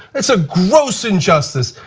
it is a gross injustice.